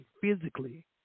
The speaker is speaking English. physically